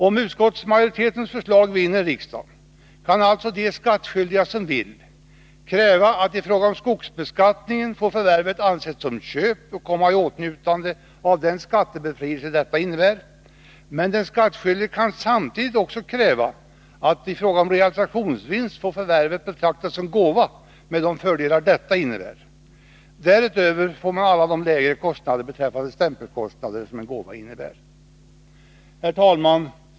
Om utskottsmajoritetens förslag vinner i riksdagen kan alltså de skattskyldiga som vill, kräva att i fråga om skogsbeskattningen få förvärvet ansett som köp och därmed komma i åtnjutande av den skattebefrielse som detta innebär, men de kan samtidigt också kräva att i fråga om realisationsvinsten få förvärvet betraktat som gåva med de fördelar detta innebär. Därutöver får man alla de lägre stämpelkostnader som en gåva innebär. Herr talman!